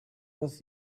with